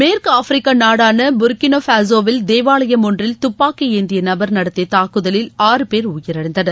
மேற்கு ஆப்பிரிக்கா நாடான புர்க்கினோ ஃபாசோவில் தேவாலயம் ஒன்றில் துப்பாக்கி ஏந்திய நபர் நடத்திய தாக்குதலில் ஆறு பேர் உயிரிழந்தனர்